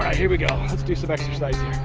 here we go! let's do some exercising.